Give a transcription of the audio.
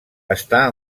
està